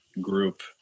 group